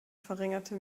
verringerte